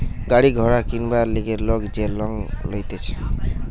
গাড়ি ঘোড়া কিনবার লিগে লোক যে লং লইতেছে